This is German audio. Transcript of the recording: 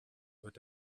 wird